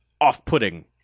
off-putting